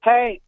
Hey